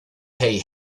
hey